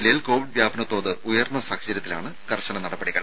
ജില്ലയിൽ കോവിഡ് വ്യാപന തോത് ഉയർന്ന സാഹചര്യത്തിലാണ് കർശന നടപടികൾ